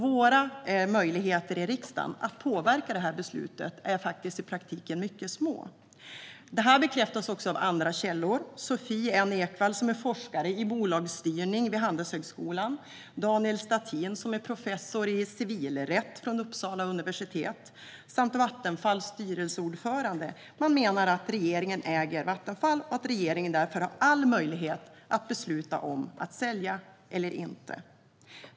Våra möjligheter i riksdagen att påverka detta beslut är i praktiken faktiskt mycket små. Detta bekräftas också av andra källor: Sophie Nachemson-Ekwall, som är forskare i bolagsstyrning vid Handelshögskolan, Daniel Stattin, som är professor i civilrätt vid Uppsala universitet, och Vattenfalls styrelseordförande. Man menar att regeringen äger Vattenfall och att regeringen därför har all möjlighet att besluta om att sälja eller inte.